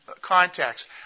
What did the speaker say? context